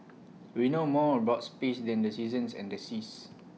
we know more about space than the seasons and the seas